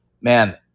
man